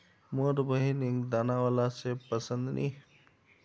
मोर बहिनिक दाना बाला सेब पसंद नी